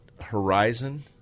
Horizon